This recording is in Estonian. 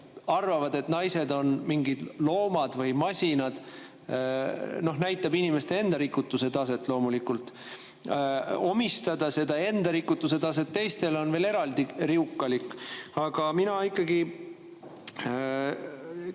arvavad, et naised on mingid loomad või masinad, näitab inimeste enda rikutuse taset. Omistada seda enda rikutuse taset teistele on veel eriti riukalik. Aga mina ikkagi